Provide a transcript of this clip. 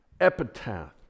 epitaph